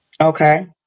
Okay